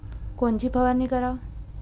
कोनची फवारणी कराव?